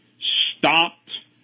stopped